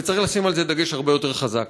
וצריך לשים על זה דגש הרבה יותר חזק.